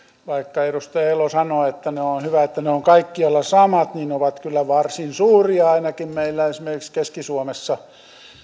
vaikka edustaja elo sanoo että on hyvä että ne ovat kaikkialla samat kyllä varsin suuria ainakin esimerkiksi meillä keski suomessa